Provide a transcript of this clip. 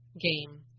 game